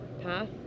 path